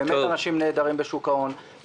באמת יש אנשים נהדרים בשוק ההון.